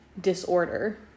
disorder